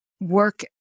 work